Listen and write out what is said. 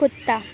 کتا